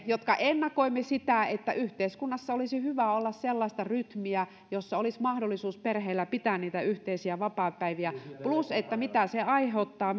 jotka ennakoimme sitä että yhteiskunnassa olisi hyvä olla sellaista rytmiä jossa olisi mahdollisuus perheillä pitää niitä yhteisiä vapaapäiviä plus mitä se aiheuttaa